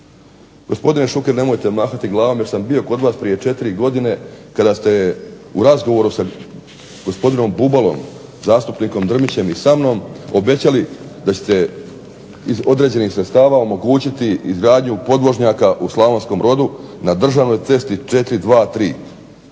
Gospodine Šuker, nemojte mahati glavom jer sam bio kod vas prije četiri godine kada ste u razgovoru sa gospodinom Bubalom, zastupnikom Drmićem i sa mnom obećali da ćete iz određenih sredstava omogućiti izgradnju podvožnjaka u Slavonskom Brodu na državnoj cesti 423.